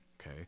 Okay